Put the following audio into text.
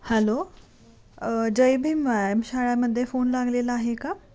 hello Jai Bhim व्यायाम शाळेमध्ये phone लागलेला आहे का